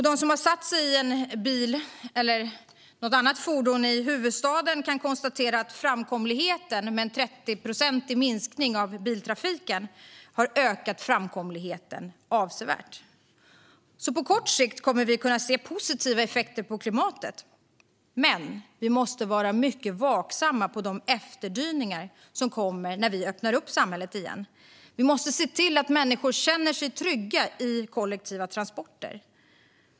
De som satt sig i en bil eller använt något annat fordon i huvudstaden kan konstatera att en minskning av biltrafiken med 30 procent har ökat framkomligheten avsevärt. På kort sikt kommer vi att kunna se positiva effekter på klimatet. Men vi måste vara mycket vaksamma på de efterdyningar som kommer när vi öppnar samhället igen. Vi måste se till att människor känner sig trygga i kollektiva transporter.